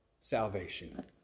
salvation